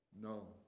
No